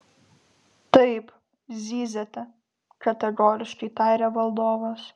taip zyziate kategoriškai tarė valdovas